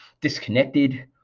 disconnected